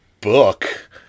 book